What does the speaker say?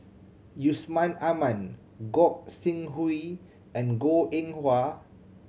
Yusman Aman Gog Sing Hooi and Goh Eng Wah